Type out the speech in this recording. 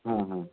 ہاں ہاں